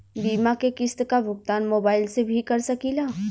बीमा के किस्त क भुगतान मोबाइल से भी कर सकी ला?